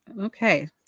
Okay